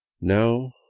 Now